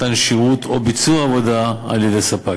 מתן שירות או ביצוע עבודה על-ידי ספק.